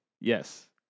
Yes